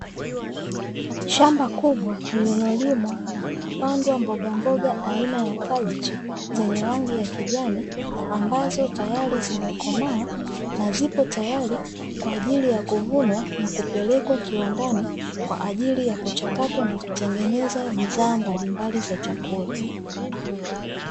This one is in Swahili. Shamba kubwa lililolimwa na kupandwa mbogamboga aina ya kabichi zenye rangi ya kijani, ambazo tayari zimekomaa na zipo tayari kwa ajili ya kuvunwa na kupelekwa kiwandani kwa ajili ya kuchakatwa na kutengeneza bidhaa mbalimbali za chakula.